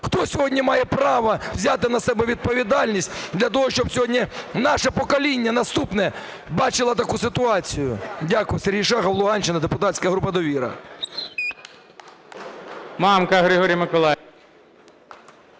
Хто сьогодні має право взяти на себе відповідальність для того, щоб сьогодні наше покоління наступне бачило таку ситуацію? Дякую. Сергій Шахов, Луганщина, депутатська група "Довіра".